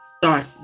start